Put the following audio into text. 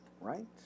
right